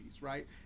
right